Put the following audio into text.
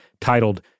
titled –